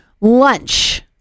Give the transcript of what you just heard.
Lunch